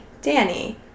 Danny